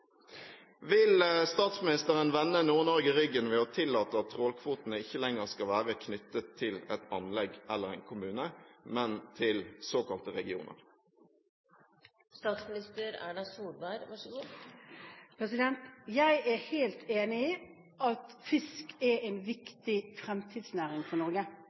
Vil statsministeren vende Nord-Norge ryggen ved å tillate at trålkvotene ikke lenger skal være knyttet til et anlegg eller en kommune, men til såkalte regioner? Jeg er helt enig i at fisk er en viktig fremtidsnæring for Norge,